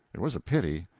it was a pity,